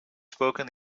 spoken